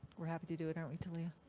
we're happy to do it, aren't we, talea?